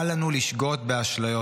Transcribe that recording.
אל לנו לשגות באשליות.